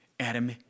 Adam